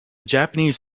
japanese